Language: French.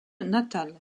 natale